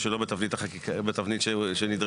זה בנפרד.